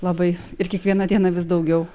labai ir kiekvieną dieną vis daugiau